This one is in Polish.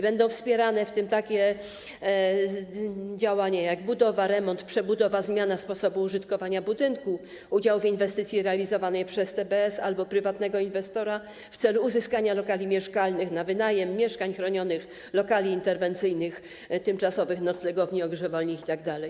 Będą wspierane takie działania, jak: budowa, remont, przebudowa, zmiana sposobu użytkowania budynku, udział w inwestycji realizowanej przez TBS albo prywatnego inwestora w celu uzyskania lokali mieszkalnych na wynajem, mieszkań chronionych, lokali interwencyjnych, tymczasowych noclegowni, ogrzewalni itd.